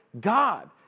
God